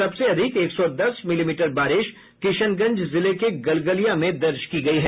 सबसे अधिक एक सौ दस मिलीमीटर बारिश किशनगंज जिले के गलगलिया में दर्ज की गयी है